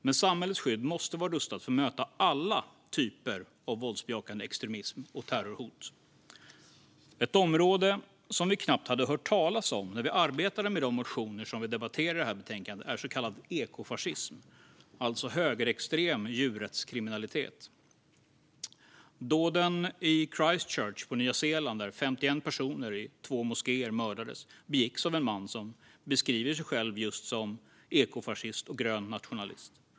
Men samhällets skydd måste vara rustat för att möta alla typer av våldsbejakande extremism och terrorhot. Ett område som vi knappt hade hört talas om när vi arbetade med de motioner som vi debatterar i detta betänkande är så kallad ekofascism, alltså högerextrem djurrättskriminalitet. Dåden i Christchurch på Nya Zeeland, där 51 personer i två moskéer mördades, begicks av en man som beskriver sig själv just som ekofascist och grön nationalist.